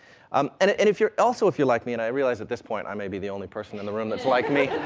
um and and if you're, also if you're like me, and i realize, at this point, i may be the only person in the room that's like me.